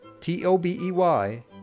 T-O-B-E-Y